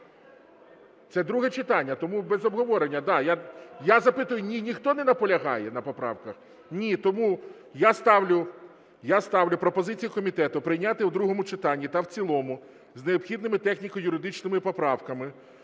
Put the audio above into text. Це друге читання, тому без обговорення, да. Я запитую: ніхто не наполягає на поправках? Ні. Тому я ставлю пропозицію комітету прийняти у другому читанні та в цілому з необхідними техніко-юридичними поправками